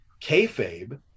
kayfabe